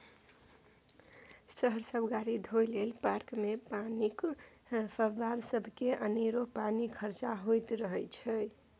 शहर सब गाड़ी धोए लेल, पार्कमे पानिक फब्बारा सबमे अनेरो पानि खरचा होइत रहय छै